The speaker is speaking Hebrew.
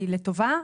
היא לטובה?